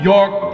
York